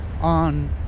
on